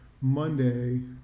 Monday